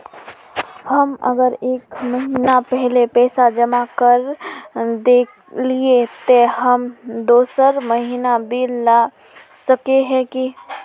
हम अगर एक महीना पहले पैसा जमा कर देलिये ते हम दोसर महीना बिल ला सके है की?